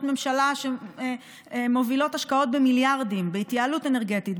ממשלה שמובילות השקעות במיליארדים בהתייעלות אנרגטית,